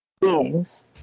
beings